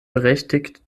berechtigt